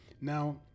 Now